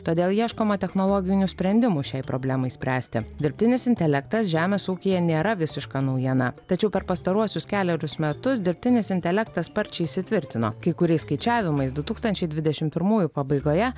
todėl ieškoma technologinių sprendimų šiai problemai spręsti dirbtinis intelektas žemės ūkyje nėra visiška naujiena tačiau per pastaruosius kelerius metus dirbtinis intelektas sparčiai įsitvirtino kai kuriais skaičiavimais du tūkstančiai dvidešimt pirmųjų pabaigoje